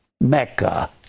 Mecca